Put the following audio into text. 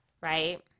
right